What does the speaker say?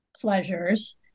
pleasures